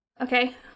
Okay